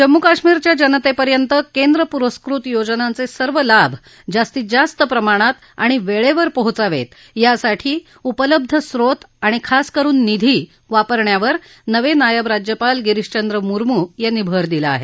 जम्मू काश्मिरच्या जनतेपर्यंत केंद्र पुरस्कृत योजनांचे सर्व लाभ जास्तीत जास्त प्रमाणात आणि वेळेवर पोहोचावेत यासाठी उपलब्ध स्त्रोत आणि खास करुन निधी वापरण्यावर नवे नायब राज्यपाल गिरीशचंद्र मुरमू यांनी भर दिला आहे